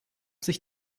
sich